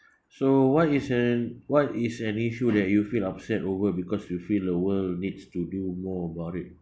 so what is an what is an issue that you feel upset over because you feel the world needs to do more about it